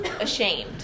ashamed